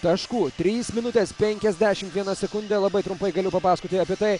taškų trys minutės penkiasdešimt viena sekundė labai trumpai galiu papasakoti apie tai